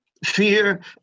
Fear